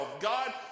God